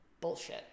bullshit